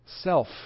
self